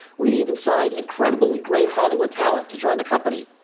we even signed incredibly great hollywood talent to join the company.